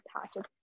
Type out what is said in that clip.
patches